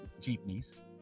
jeepneys